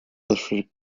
wrestler